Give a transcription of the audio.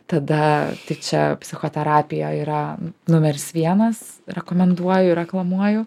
tada tai čia psichoterapija yra numeris vienas rekomenduoju reklamuoju